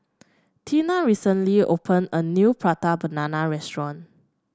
Teena recently opened a new Prata Banana restaurant